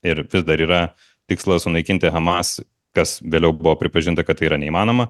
ir vis dar yra tikslas sunaikinti hamas kas vėliau buvo pripažinta kad tai yra neįmanoma